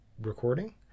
recording